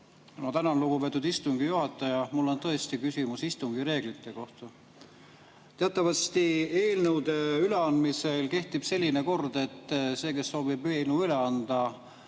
Tänan, lugupeetud istungi juhataja! Mul on tõesti küsimus istungi reeglite kohta. Teatavasti eelnõude üleandmisel kehtib selline kord, et see, kes soovib eelnõu üle anda,